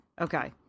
Okay